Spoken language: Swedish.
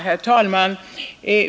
Herr talman!